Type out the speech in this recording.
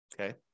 Okay